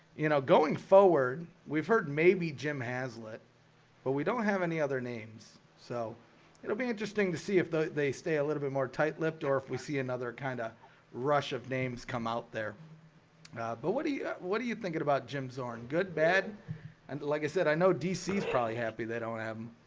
you know going forward we've heard maybe jim haslett but we don't have any other names so it'll be interesting to see if they stay a little bit more tight-lipped or if we see another kind of rush of names come out there but what do you what are you thinking about jim zorn? good bed and like i said, i know dc's probably happy they don't have them